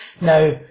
Now